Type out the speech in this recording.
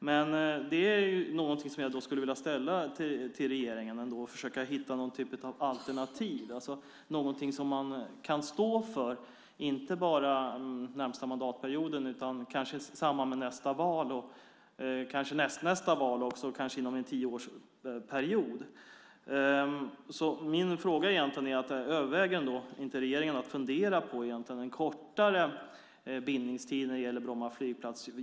Men jag vill ändå be regeringen att försöka hitta något alternativ, någonting som man kan stå för inte bara den närmaste mandatperioden utan över nästa val och nästnästa val och kanske också under en tioårsperiod. Min fråga är: Överväger inte regeringen en kortare bindningstid när det gäller Bromma flygplats?